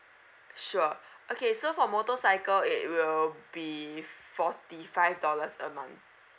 sure okay so for motorcycle it will be forty five dollars a month